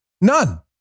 None